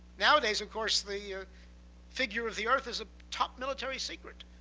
nowadays, of course, the figure of the earth is a top military secret.